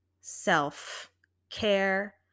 self-care